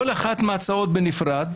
כל אחת מההצעות בנפרד,